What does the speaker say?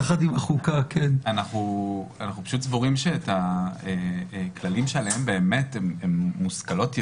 אנחנו פשוט סבורים שאת הכללים שהם באמת מושכלות יסוד,